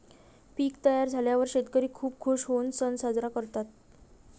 पीक तयार झाल्यावर शेतकरी खूप खूश होऊन सण साजरा करतात